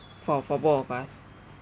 for for both of us